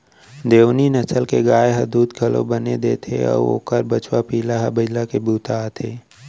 देओनी नसल के गाय ह दूद घलौ बने देथे अउ ओकर बछवा पिला ह बइला के बूता आथे